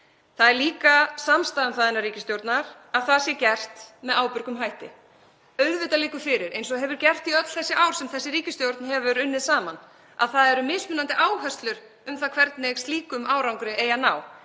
Það er líka samstaða um það innan ríkisstjórnar að það sé gert með ábyrgum hætti. Auðvitað liggur fyrir, eins og hefur gert í öll þessi ár sem þessi ríkisstjórn hefur unnið saman, að það eru mismunandi áherslur um það hvernig slíkum árangri eigi að ná.